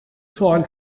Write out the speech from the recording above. soil